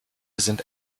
sind